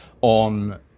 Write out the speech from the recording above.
on